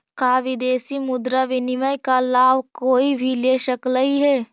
का विदेशी मुद्रा विनिमय का लाभ कोई भी ले सकलई हे?